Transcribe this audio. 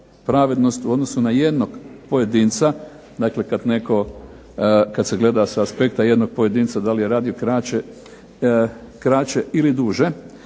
pravednost u odnosu na jednog pojedinca. Dakle, kad netko, kad se gleda s aspekta jednog pojedinca da li je radio kraće ili duže,